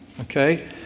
Okay